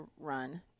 run